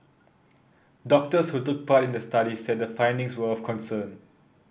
doctors who took part in the study said the findings were of concern